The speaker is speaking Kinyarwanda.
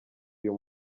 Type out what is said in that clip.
uyu